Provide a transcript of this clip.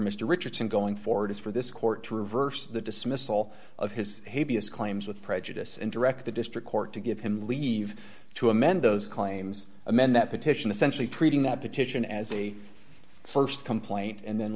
mr richardson going forward is for this court to reverse the dismissal of his claims with prejudice and direct the district court to give him leave to amend those claims amend that petition essentially treating that petition as a st complaint and then